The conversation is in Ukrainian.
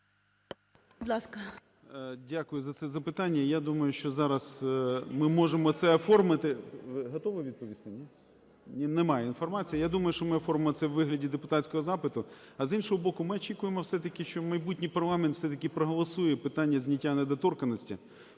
Дякую за це запитання. Я думаю, що зараз ми можемо це оформити… Ви готові відповісти, ні? Ні, немає інформації. Я думаю, що ми оформимо це у вигляді депутатського запиту. А з іншого боку, ми очікуємо все-таки, що майбутній парламент все-таки проголосує питання зняття недоторканності